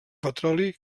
petroli